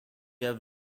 have